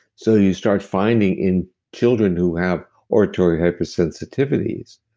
so you start finding in children who have auditory hypersensitivities,